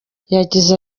yagize